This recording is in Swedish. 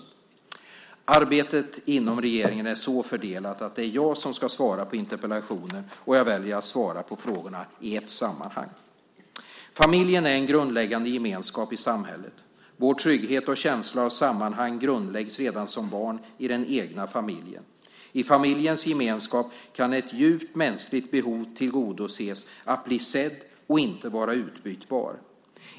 Arbetet inom regeringen är så fördelat att det är jag som ska svara på interpellationen, och jag väljer att svara på frågorna i ett sammanhang. Familjen är en grundläggande gemenskap i samhället. Vår trygghet och känsla av sammanhang grundläggs redan som barn, i den egna familjen. I familjens gemenskap kan ett djupt mänskligt behov tillgodoses - att bli sedd och inte vara utbytbar.